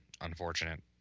unfortunate